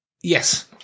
Yes